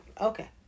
okay